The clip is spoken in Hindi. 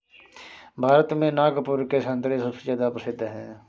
भारत में नागपुर के संतरे सबसे ज्यादा प्रसिद्ध हैं